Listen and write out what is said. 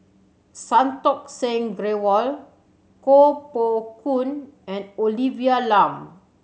Santokh Singh Grewal Koh Poh Koon and Olivia Lum